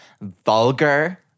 vulgar